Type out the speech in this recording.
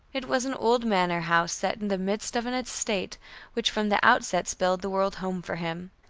it was an old manor house set in the midst of an estate which from the outset spelled the word home for him.